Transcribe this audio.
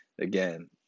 again